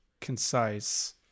concise